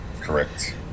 Correct